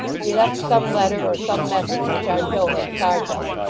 he left some letter or some message which our joe had charge of,